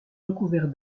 recouvert